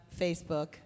Facebook